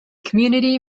community